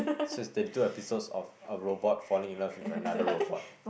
so it's thirty two episodes of a robot falling in love with another robot